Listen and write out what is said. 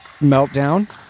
meltdown